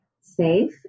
safe